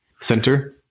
center